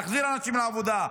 להחזיר אנשים לעבודה,